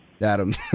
Adam